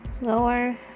lower